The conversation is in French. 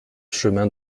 chemin